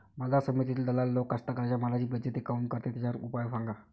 बाजार समितीत दलाल लोक कास्ताकाराच्या मालाची बेइज्जती काऊन करते? त्याच्यावर उपाव सांगा